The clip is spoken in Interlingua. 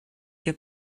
que